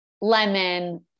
lemon